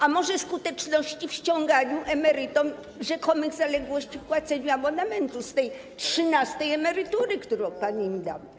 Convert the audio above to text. A może skuteczności w ściąganiu emerytom rzekomych zaległości w płaceniu abonamentu z tej trzynastej emerytury, którą pan im dał?